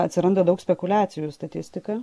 atsiranda daug spekuliacijų statistika